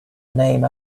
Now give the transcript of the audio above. named